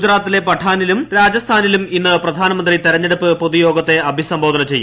ഗുജറാത്തിലെ പഠാനിലും രാജസ്ഥാനിലും ഇന്ന് പ്രധാനമന്ത്രി തെരെഞ്ഞെടുപ്പ് പൊതുയോഗത്തെ അഭിസംബോധന ചെയ്യും